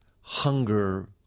hunger